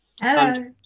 Hello